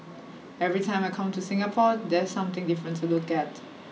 every time I come to Singapore there's something different to look at